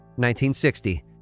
1960